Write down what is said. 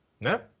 No